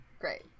Great